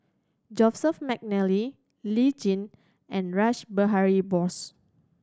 Joseph McNally Lee Tjin and Rash Behari Bose